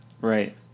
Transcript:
right